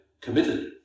committed